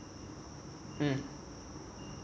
mmhmm